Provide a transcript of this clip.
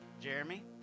Jeremy